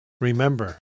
Remember